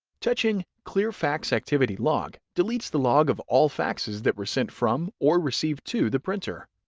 touching clear fax activity log deletes the log of all faxes that were sent from, or received to the printer.